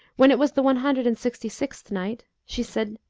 when it was the one hundred and sixty-sixth night, she said,